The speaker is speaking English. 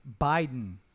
Biden